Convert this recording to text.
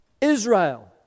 Israel